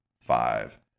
five